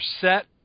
set